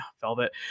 Velvet